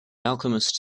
alchemists